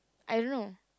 I don't know